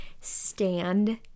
stand